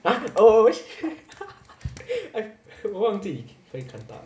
!huh! oh oh shit 我忘记可以看到